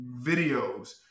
videos